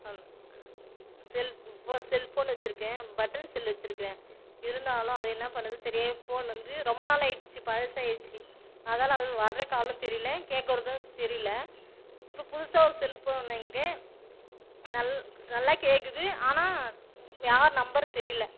hello cell உ ஃபோ cellphone வச்சிருக்கேன் பட்டன் செல் வச்சிருக்கறேன் இருந்தாலும் அது என்ன பண்ணுது சரியாகவே ஃபோன் வந்து ரொம்ப நாள் ஆயிடுச்சு பழசாயிடுச்சு அதால் வர காலும் தெரியலை கேட்கறதும் தெரியலை இப்போ புதுசாக ஒரு செல்போன் வாங்கியிருக்கேன் நல் நல்லா கேட்குது ஆனால் யார் நம்பர் தெரியல